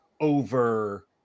over